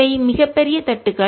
இவை மிகப்பெரிய தட்டுகள்